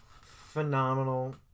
phenomenal